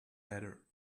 letter